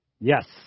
Yes